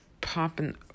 Popping